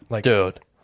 Dude